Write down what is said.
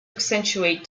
accentuate